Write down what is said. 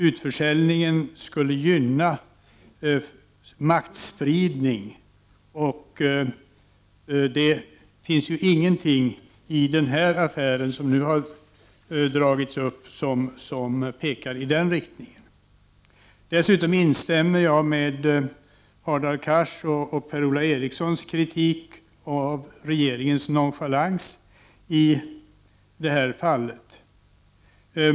Utförsäljningen skulle gynna maktspridning. Det finns ingenting i den affär som nu har dragits upp som pekar i den riktningen. Dessutom instämmer jag i Hadar Cars och Per-Ola Erikssons kritik av regeringens nonchalans i det här fallet.